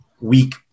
week